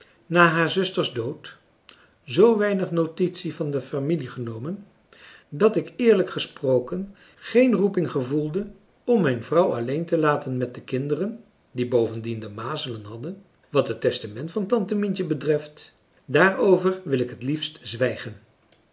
na haar zusters dood zoo weinig notitie van de familie françois haverschmidt familie en kennissen genomen dat ik eerlijk gesproken geen roeping gevoelde om mijn vrouw alleen te laten met de kinderen die bovendien de mazelen hadden wat het testament van tante mientje betreft dààrover wil ik liefst zwijgen